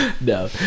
No